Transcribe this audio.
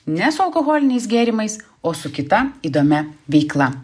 ne su alkoholiniais gėrimais o su kita įdomia veikla